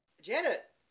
Janet